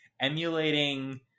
emulating